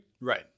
Right